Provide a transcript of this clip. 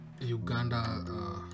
Uganda